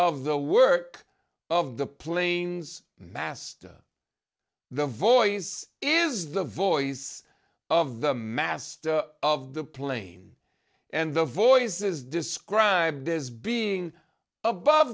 of the work of the planes master the voice is the voice of the master of the plane and the voice is described as being above